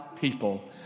people